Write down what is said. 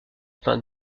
peint